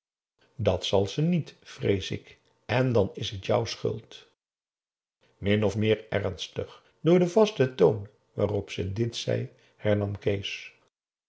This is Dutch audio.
dat zal ze niet vrees ik en dan is het jou schuld min of meer ernstig door den vasten toon waarop ze dit zei hernam kees